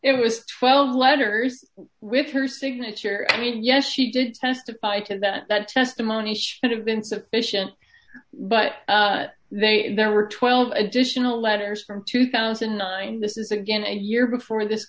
was twelve letters with her signature i mean yes she did testify to that testimony that have been sufficient but they and there were twelve additional letters from two thousand and nine this is again a year before this